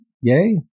Yay